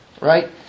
Right